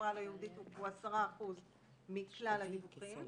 יהודית הוא 10% מכלל הדיווחים